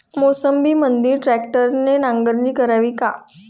मोसंबीमंदी ट्रॅक्टरने नांगरणी करावी का?